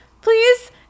please